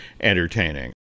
entertaining